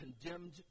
condemned